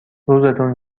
روزتون